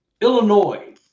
Illinois